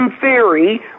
theory